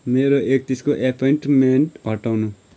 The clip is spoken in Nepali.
मेरो एकतिसको एपोइन्टमेन्ट हटाउनु